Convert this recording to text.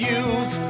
use